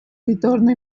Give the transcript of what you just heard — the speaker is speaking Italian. ritorno